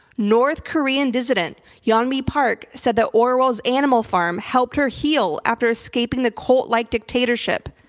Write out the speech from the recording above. north korean dissident yeon mi park said the orwell's animal farm helped her heal after escaping the cult like dictatorship.